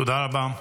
תודה רבה.